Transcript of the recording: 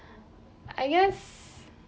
I guess